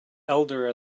elder